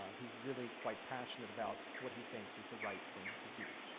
he's really quite passionate about what he thinks is the right thing to do.